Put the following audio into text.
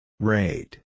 Rate